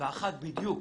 דיון אחר